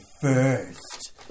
first